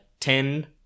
Ten